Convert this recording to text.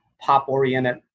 pop-oriented